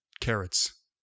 carrots